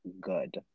good